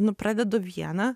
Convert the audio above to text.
nu pradedu vieną